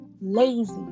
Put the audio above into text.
lazy